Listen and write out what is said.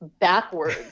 backwards